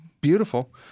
Beautiful